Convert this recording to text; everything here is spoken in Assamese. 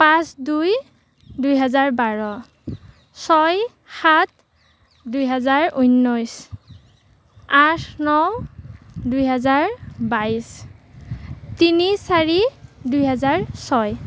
পাঁচ দুই দুই হেজাৰ বাৰ ছয় সাত দুই হেজাৰ ঊনৈছ আঠ ন দুই হেজাৰ বাইছ তিনি চাৰি দুই হাজাৰ ছয়